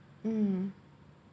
mm